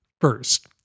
First